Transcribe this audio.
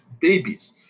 babies